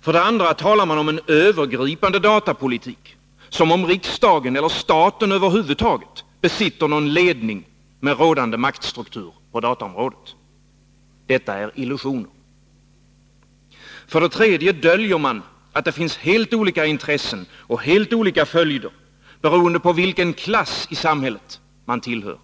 För det andra talar man om en övergripande datapolitik, som om riksdagen eller staten över huvud taget med rådande maktstruktur besitter någon ledning på dataområdet. Detta är illusioner. För det tredje döljer man att det finns helt olika intressen och helt olika följder, beroende på vilken klass i samhället man tillhör.